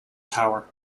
tower